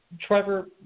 Trevor